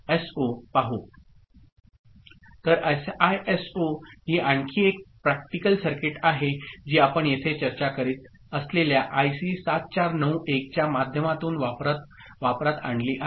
तर एसआयएसओ ही आणखी एक प्रॅक्टिकल सर्किट आहे जी आपण येथे चर्चा करीत असलेल्या आयसी 7491 च्या माध्यमातून वापरात आणली आहे